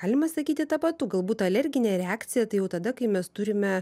galima sakyti tapatu galbūt alerginė reakcija tai jau tada kai mes turime